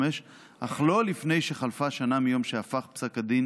אך לא לפני שחלפה שנה מהיום שהפך פסק הדין